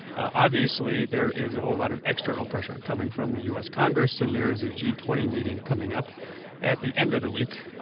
obviously, there is a whole lot of external pressure coming from the u s. congress and there's a g twenty meeting coming up at the end of the week.